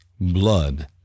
Blood